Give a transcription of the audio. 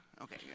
Okay